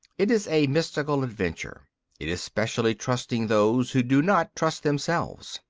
it is a mystical adventure it is specially trusting those who do not trust themselves.